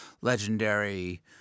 legendary